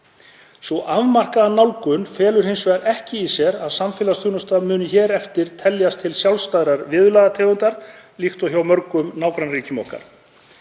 Sú afmarkaða nálgun felur hins vegar ekki í sér að samfélagsþjónusta muni hér eftir teljast til sjálfstæðrar viðurlagategundar líkt og hjá mörgum nágrannaríkjum okkar.